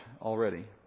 already